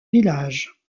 village